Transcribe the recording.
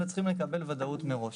אלא צריכים לקבל ודאות מראש.